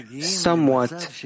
somewhat